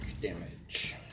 damage